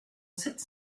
sept